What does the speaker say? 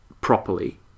properly